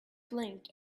blinked